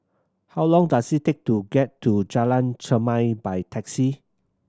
how long does it take to get to Jalan Chermai by taxi